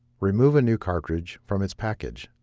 remove a new cartridge from its package.